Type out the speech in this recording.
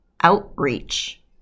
outreach